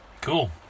Cool